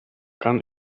kann